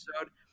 episode